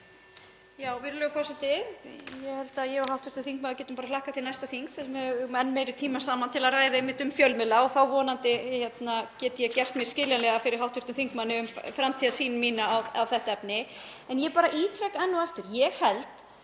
Virðulegur forseti. Ég held að ég og hv. þingmaður getum bara hlakkað til næsta þings þegar við höfum enn meiri tíma saman til að ræða einmitt um fjölmiðla og þá vonandi get ég gert mig skiljanlega fyrir hv. þingmanni um framtíðarsýn mína á þetta efni. En ég bara ítreka enn og aftur: Ég held